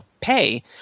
pay